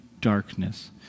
darkness